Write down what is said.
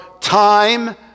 time